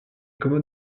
commode